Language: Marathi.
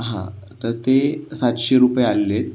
हां तर ते सातशे रुपये आलेले आहेत